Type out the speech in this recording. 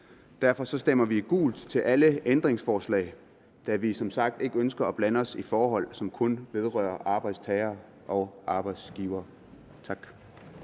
derfor stemmer vi gult til alle ændringsforslag, da vi som sagt ikke ønsker at blande os i forhold, som kun vedrører arbejdstagere og arbejdsgivere. Tak.